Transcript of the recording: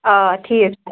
آ ٹھیٖک چھُ